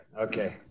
Okay